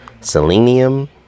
selenium